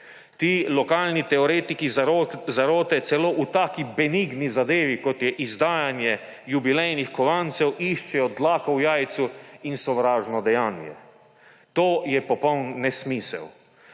Ti lokalni teoretiki zarote celo o taki benigni zadevi, kot je izdajanje jubilejnih kovancev, iščejo dlako v jajcu in sovražno dejanje. To je popoln nesmisel.